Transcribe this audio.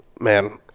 man